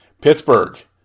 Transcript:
Pittsburgh